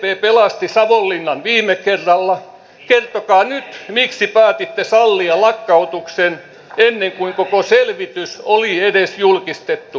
sdp pelasti savonlinnan viime kerralla kertokaa nyt miksi päätitte sallia lakkautuksen ennen kuin koko selvitys oli edes julkistettu